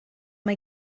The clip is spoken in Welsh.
mae